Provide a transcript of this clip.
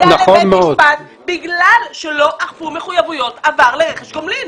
המשפט בגלל שלא אכפו מחויבויות עבר לרכש גומלין.